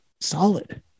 solid